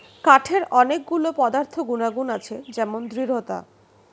কাঠের অনেক গুলো পদার্থ গুনাগুন আছে যেমন দৃঢ়তা